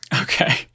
Okay